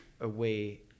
away